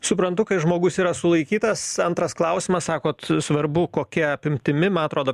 suprantu kai žmogus yra sulaikytas antras klausimas sakot svarbu kokia apimtimi man atrodo